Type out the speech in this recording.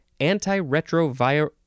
antiretroviral